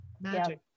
magic